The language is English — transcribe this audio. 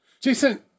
jason